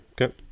Okay